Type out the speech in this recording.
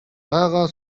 байгаа